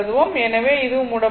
எனவே இதுவும் மூடப்பட்டுள்ளது